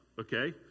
okay